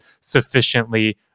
sufficiently